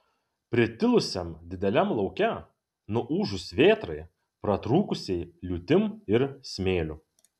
pritilusiam dideliam lauke nuūžus vėtrai pratrūkusiai liūtim ir smėliu